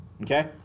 Okay